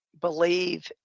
believe